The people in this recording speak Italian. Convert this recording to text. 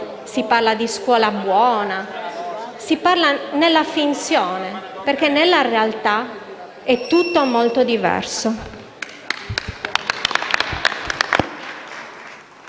cose belle, di scuola buona; si parla nella finzione, perché nella realtà è tutto molto diverso.